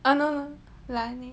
oh no no